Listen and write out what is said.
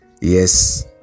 Yes